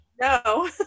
No